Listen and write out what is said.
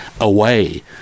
away